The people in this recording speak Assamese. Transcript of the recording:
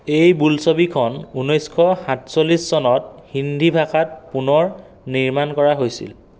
এই বোলছবিখন ঊনৈছশ সাতচল্লিছ চনত হিন্দী ভাষাত পুনৰ নিৰ্মাণ কৰা হৈছিল